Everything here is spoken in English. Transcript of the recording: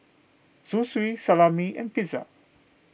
Zosui Salami and Pizza